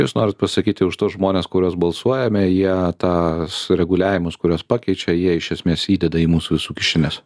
jūs norit pasakyti už tuos žmones kuriuos balsuojame jie tuos sureguliavimus kuriuos pakeičia jie iš esmės įdeda į mūsų visų kišenes